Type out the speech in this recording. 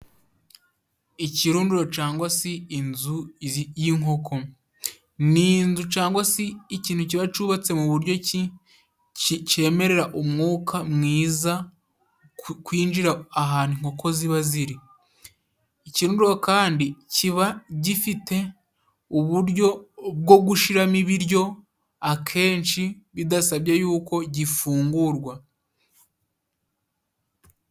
Ikirundura cangwa si inzu y'inkoko ni inzu cangwa si ikintu kiba cyubatse mu buryo ki cyemerera umwuka mwiza kwinjira ahantu inkoko ziba ziri ikirundura kandi kiba gifite uburyo bwo gushiramo ibiryo akenshi bidasabye yuko gifungurwa.